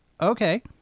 okay